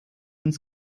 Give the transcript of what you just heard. ins